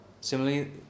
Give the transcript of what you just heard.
Similarly